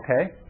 okay